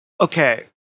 Okay